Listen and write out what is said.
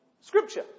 Scripture